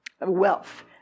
wealth